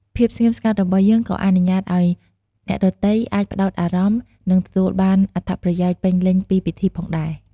ភាពស្ងៀមស្ងាត់របស់យើងក៏អនុញ្ញាតឲ្យអ្នកដទៃអាចផ្តោតអារម្មណ៍ និងទទួលបានអត្ថប្រយោជន៍ពេញលេញពីពិធីផងដែរ។